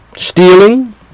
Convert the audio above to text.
Stealing